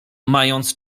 mając